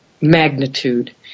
magnitude